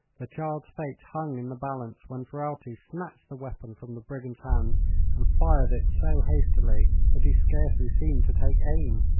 the child's fate hung in the balance when ferralti snatched the weapon from the brigand's hands and fired it so hastily that he scarcely seemed to take aim.